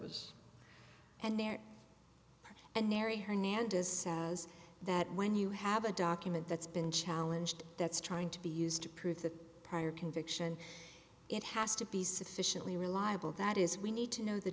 was and there and mary hernandez says that when you have a document that's been challenged that's trying to be used to prove the prior conviction it has to be sufficiently reliable that is we need to know the